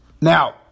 Now